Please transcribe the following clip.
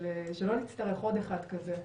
שלא נצטרך עוד אחד כזה,